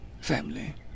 family